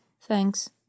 thanks